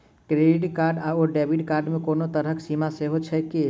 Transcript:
Credit card आओर debit card मे कोनो तरहक सीमा सेहो छैक की?